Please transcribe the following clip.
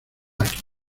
aquí